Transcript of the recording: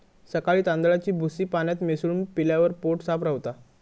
सकाळी तांदळाची भूसी पाण्यात मिसळून पिल्यावर पोट साफ रवता